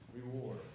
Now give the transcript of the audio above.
reward